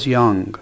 young